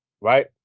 right